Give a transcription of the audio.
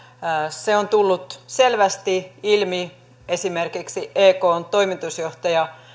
se on tullut selvästi ilmi esimerkiksi ekn toimitusjohtaja